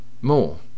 More